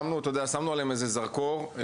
שמנו עליהם איזה זרקור,